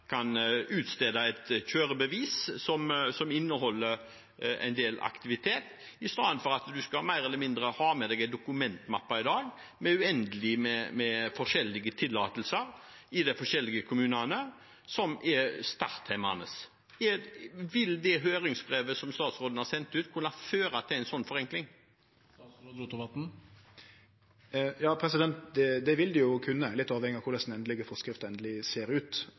utstede et kjørebevis som inneholder en del aktivitet, istedenfor at en mer eller mindre skal ha med seg en dokumentmappe med uendelig med forskjellige tillatelser i de forskjellige kommunene, noe som er sterkt hemmende. Vil det høringsbrevet som statsråden har sendt ut, kunne føre til en slik forenkling? Det vil det kunne, litt avhengig av korleis den endelege forskrifta ser ut.